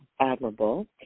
admirable